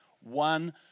One